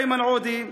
איימן עודה,